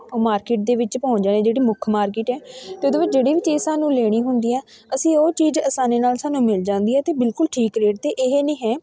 market ਦੇ ਵਿੱਚ ਪਹੁੰਚ ਜਾਂਦੇ ਹਾਂ ਜਿਹੜੀ ਮੁੱਖ ਮਾਰਕਿਟ ਹੈ ਅਤੇ ਉਹਦੇ ਵਿੱਚ ਜਿਹੜੀ ਵੀ ਚੀਜ਼ ਸਾਨੂੰ ਲੈਣੀ ਹੁੰਦੀ ਹੈ ਅਸੀਂ ਉਹ ਚੀਜ਼ ਆਸਾਨੀ ਨਾਲ਼ ਸਾਨੂੰ ਮਿਲ ਜਾਂਦੀ ਹੈ ਅਤੇ ਬਿਲਕੁਲ ਠੀਕ ਰੇਟ 'ਤੇ ਇਹ ਨਹੀਂ ਹੈ